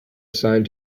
assigned